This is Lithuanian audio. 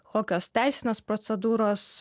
kokios teisinės procedūros